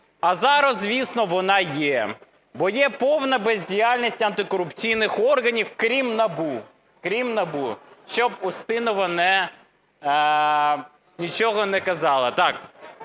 А зараз, звісно, вона є, бо є повна бездіяльність антикорупційних органів, крім НАБУ, крім НАБУ, що б Устінова нічого не казала. Так,